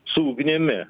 su ugnimi